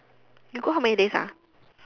you go how many days